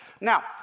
Now